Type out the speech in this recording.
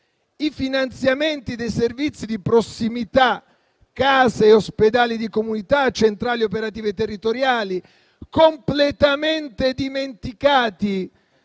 i finanziamenti dei servizi di prossimità, case e ospedali di comunità, centrali operative territoriali, completamente dimenticati